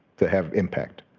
to have impact.